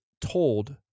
told